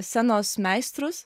scenos meistrus